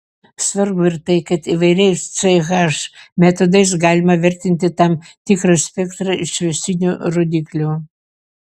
svarbu ir tai kad įvairiais ch metodais galima vertinti tam tikrą spektrą išvestinių rodiklių